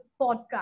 podcast